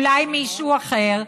אולי מישהו אחר,